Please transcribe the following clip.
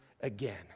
again